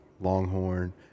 longhorn